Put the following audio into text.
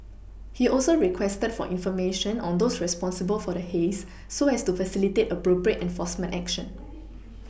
he also requested for information on those responsible for the haze so as to facilitate appropriate enforcement action